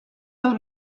del